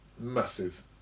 Massive